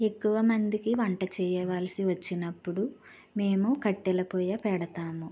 ఎక్కు వ మందికి వంట చేయవలసి వచ్చినప్పుడు మేము కట్టెలపోయే పెడతాము